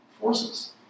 forces